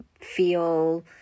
feel